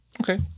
Okay